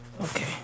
Okay